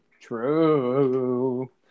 True